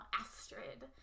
astrid